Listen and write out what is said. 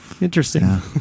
Interesting